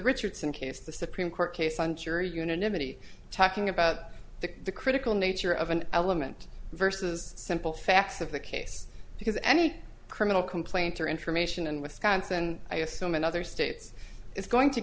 richardson case the supreme court case on jury unanimity talking about the critical nature of an element versus simple facts of the case because any criminal complaint or information and wisconsin i assume in other states is going to